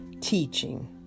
teaching